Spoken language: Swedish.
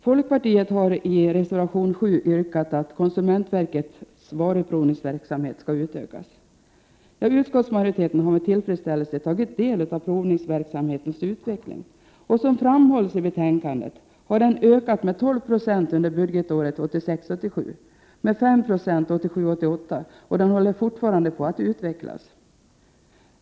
Folkpartiet har i reservation nr 7 yrkat att konsumentverkets varuprovningsverksamhet skall utökas. Utskottsmajoriteten har med tillfredsställelse tagit del av provningsverksamhetens utveckling. Som framhålls i betänkandet har verksamheten ökat med 12 20 budgetåret 1986 88 och håller fortfarande på att utvecklas.